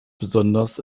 besonders